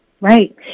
Right